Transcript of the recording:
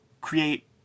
create